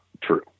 true